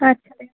আচ্ছা দেখ